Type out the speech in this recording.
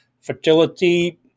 Fertility